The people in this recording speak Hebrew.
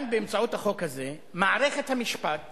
דבר ולנקום פוליטית,